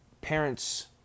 parents